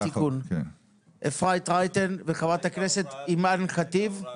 אפרת רייטן וחברת הכנסת אימאן ח'טיב.